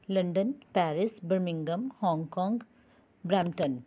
London Paris Birmingham Hong Kong Brampton